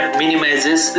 minimizes